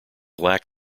lack